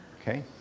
okay